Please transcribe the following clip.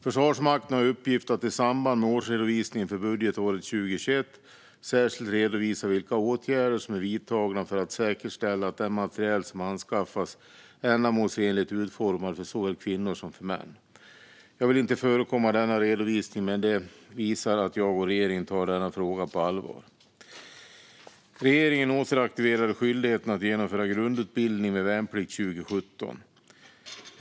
Försvarsmakten har i uppgift att i samband med årsredovisningen för budgetåret 2021 särskilt redovisa vilka åtgärder som är vidtagna för att säkerställa att den materiel som anskaffas är ändamålsenligt utformad för såväl kvinnor som män. Jag vill inte förekomma denna redovisning, men det visar att jag och regeringen tar denna fråga på allvar. Regeringen återaktiverade skyldigheten att genomföra grundutbildning med värnplikt 2017.